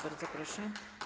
Bardzo proszę.